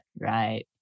Right